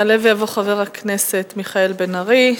יעלה ויבוא חבר הכנסת מיכאל בן-ארי.